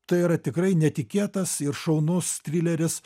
tai yra tikrai netikėtas ir šaunus trileris